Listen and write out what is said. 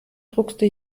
druckste